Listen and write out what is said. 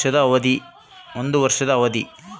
ಸಾಲ ತಗೊಂಡು ಮೇಲೆ ತೇರಿಸಲು ಕಾಲಾವಧಿ ಎಷ್ಟು?